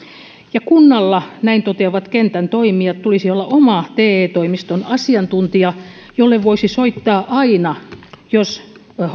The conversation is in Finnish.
ja kunnalla näin toteavat kentän toimijat tulisi olla oma te toimiston asiantuntija jolle voisi soittaa aina jos